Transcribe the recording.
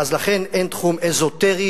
לכן אין תחום אזוטרי,